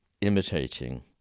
imitating